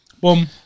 Boom